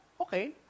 Okay